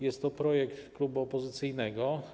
Jest to projekt klubu opozycyjnego.